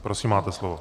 Prosím, máte slovo.